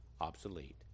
obsolete